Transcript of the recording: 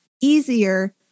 easier